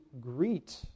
greet